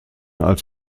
als